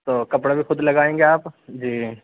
تو کپڑا بھی خود لگائیں گے آپ جی